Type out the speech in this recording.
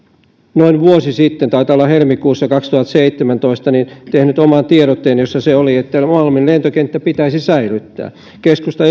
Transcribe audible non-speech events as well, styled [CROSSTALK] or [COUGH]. noin vuosi sitten taitaa olla helmikuussa kaksituhattaseitsemäntoista tehnyt oman tiedotteen jossa se oli että malmin lentokenttä pitäisi säilyttää keskustan [UNINTELLIGIBLE]